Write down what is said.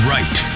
Right